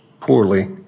poorly